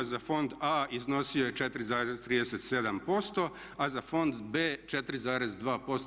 Za fond A iznosio je 4,37% a za fond B 4,2%